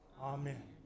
Amen